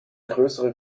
größere